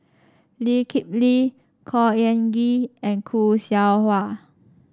Lee Kip Lee Khor Ean Ghee and Khoo Seow Hwa